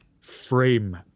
frame